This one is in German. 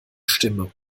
stimme